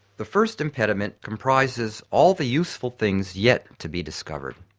the first impediment comprises all the useful things yet to be discovered.